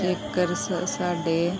ਜੇਕਰ ਸ ਸਾਡੇ